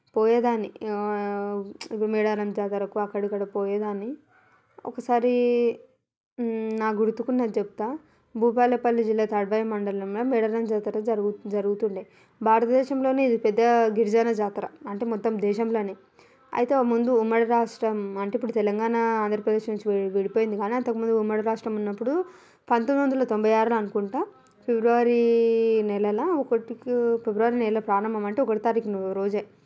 పోయేదాన్ని మేడారం జాతరకు అక్కడ ఇక్కడ పోయేదాన్ని ఒకసారి నాకు గుర్తుకు ఉన్నది చెప్తాను భూపాలపల్లి జిల్లా తాడ్వాయి మండలంలో మేడారం జాతర జరుగు జరుగుతూ ఉండేది భారత దేశంలోనే ఇది పెద్ద గిరిజన జాతర అంటే మొత్తం దేశంలోనే అయితే ముందు ఉమ్మడి రాష్ట్రం అంటే ఇప్పుడు తెలంగాణ ఆంధ్ర ప్రదేశ్ నుంచి విడిపోయింది కానీ అంతకు ముందు ఉమ్మడి రాష్ట్రం ఉన్నప్పుడు పందొమ్మిది వందల తొంభై ఆరులో అనుకుంటాను ఫిబ్రవరి నెలలో ఒకటికి ఫిబ్రవరి నెల ప్రారంభం అంటే ఒకటో తారీఖూ రోజే